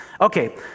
Okay